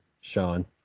Sean